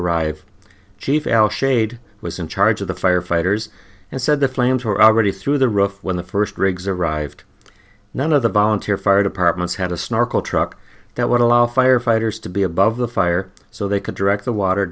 arrive chief al shade was in charge of the firefighters and said the flames were already through the rough when the first rigs arrived none of the volunteer fire departments had a snorkel truck that would allow firefighters to be above the fire so they could direct the water